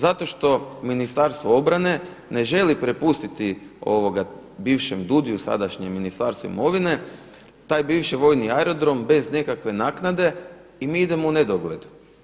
Zato što Ministarstvo obrane ne želi prepustiti bivšem DUUDI-u sadašnjem Ministarstvu imovine, taj bivši vojni aerodrom bez nekakve naknade i mi idemo u nedogled.